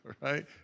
right